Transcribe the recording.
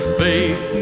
faith